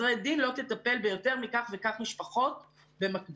לסדרי דין לא תטפל ביותר מכך וכך משפחות במקביל,